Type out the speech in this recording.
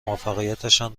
موفقیتشان